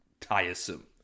tiresome